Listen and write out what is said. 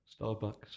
starbucks